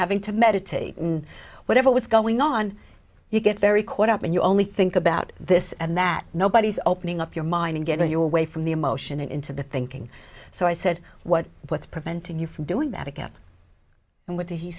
having to meditate and whatever was going on you get very caught up and you only think about this and that nobody's opening up your mind and get you away from the emotion and into the thinking so i said what what's preventing you from doing that again and with that he